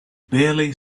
barely